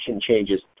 changes